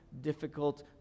difficult